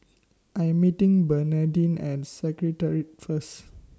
I Am meeting Bernardine At Secretariat First